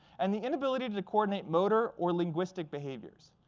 and the inability to coordinate motor or linguistic behaviors.